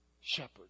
shepherd